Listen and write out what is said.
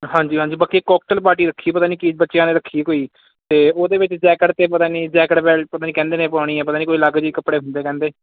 ਹਾਂਜੀ ਹਾਂਜੀ ਬਾਕੀ ਕੋਕਟੇਲ ਪਾਰਟੀ ਰੱਖੀ ਪਤਾ ਨਹੀ ਕੀ ਬੱਚਿਆਂ ਨੇ ਰੱਖੀ ਕੋਈ ਅਤੇ ਉਹਦੇ ਵਿੱਚ ਜੈਕਟ ਅਤੇ ਪਤਾ ਨਹੀਂ ਜੈਕਟ ਬੈਲਟ ਪਤਾ ਨਹੀਂ ਕਹਿੰਦੇ ਨੇ ਪਵਾਉਣੀ ਹੈ ਪਤਾ ਨਹੀਂ ਕੋਈ ਅਲੱਗ ਜਿਹੇ ਕੱਪੜੇ ਹੁੰਦੇ ਕਹਿੰਦੇ